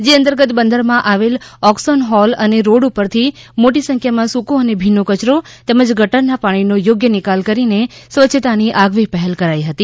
જે અંતર્ગત બંદરમાં આવેલ ઓકસન હોલ અને રોડ ઉપરથી મોટી સંખ્યામાં સુકો અને ભીનો કયરો તેમજ ગટરના પાણીનો યોગ્ય નિકાલ કરીને સ્વચ્છતાની આગવી પહેલ કરાઇ હતી